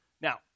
Now